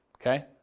Okay